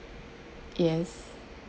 yes